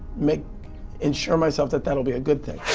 make ensure myself that that will be a good thing.